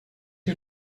you